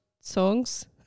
songs